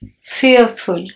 fearful